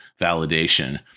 validation